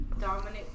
Dominant